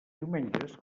diumenges